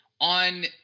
On –